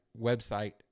website